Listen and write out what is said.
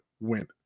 went